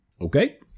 Okay